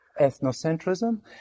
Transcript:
ethnocentrism